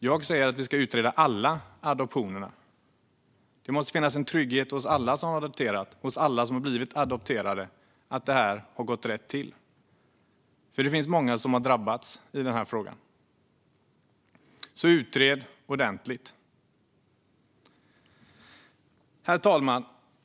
Jag säger att vi ska utreda alla adoptioner. Alla som har blivit adopterade måste känna sig trygga med att det har gått rätt till. Det är många som har drabbats. Så utred ordentligt! Herr talman!